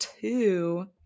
two